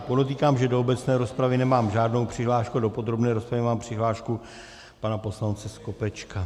Podotýkám, že do obecné rozpravy nemám žádnou přihlášku a do podrobné rozpravy mám přihlášku pana poslance Skopečka.